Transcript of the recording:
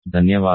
ధన్యవాదాలు